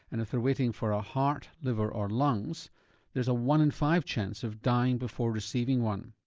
and if they're waiting for a heart, liver or lungs there's a one in five chance of dying before receiving one.